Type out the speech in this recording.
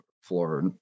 floor